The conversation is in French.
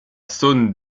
saône